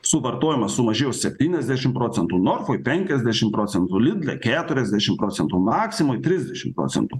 suvartojimas sumažėjo septyniasdešim procentų norfoj penkiasdešim procentų lidle keturiasdešim procentų maksimoj trisdešim procentų